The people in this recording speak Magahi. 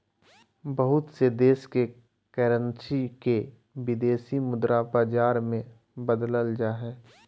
बहुत से देश के करेंसी के विदेशी मुद्रा बाजार मे बदलल जा हय